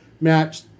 match